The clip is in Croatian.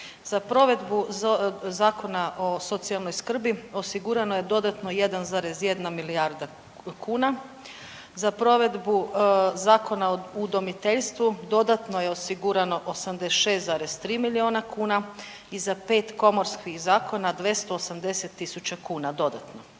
Za provedbu Zakona o socijalnoj skrbi osigurano je dodatno 1,1 milijarda kuna. Za provedbu Zakona o udomiteljstvu dodatno je osigurano 86,3 miliona kuna. I za 5 komorskih zakona 280 tisuća kuna dodatno.